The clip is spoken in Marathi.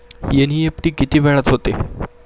एन.इ.एफ.टी किती वेळात होते?